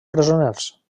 presoners